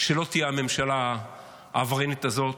שלא תהיה הממשלה העבריינית הזאת,